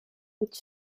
which